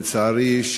לצערי,